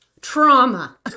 trauma